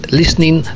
listening